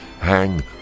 hang